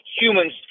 humans